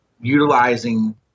utilizing